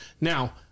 Now